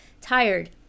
tired